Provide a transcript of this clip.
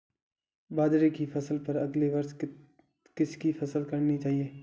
बाजरे की फसल पर अगले वर्ष किसकी फसल करनी चाहिए?